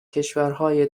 کشورهای